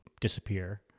Disappear